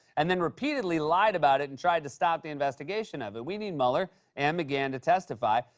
and then repeatedly lied about it and tried to stop the investigation of it. we need mueller and mcgahn to testify,